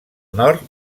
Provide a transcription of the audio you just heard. nord